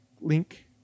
Link